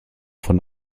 von